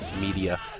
Media